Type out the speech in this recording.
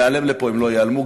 להיעלם מפה הם לא ייעלמו,